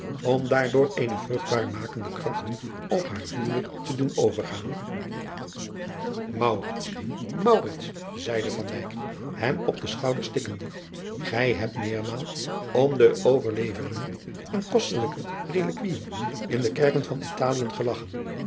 om daardoor eene vruchtbaarmakende kracht op haar huwelijk te doen overgaan zeide driaan oosjes zn et leven van aurits ijnslager hem op de schouders tikkende gij hebt meermaal om de overleveringen en kostelijke eliquiën in de kerken van talie gelagchen